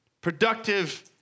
productive